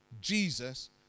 Jesus